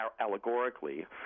allegorically